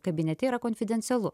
kabinete yra konfidencialu